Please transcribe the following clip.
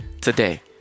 today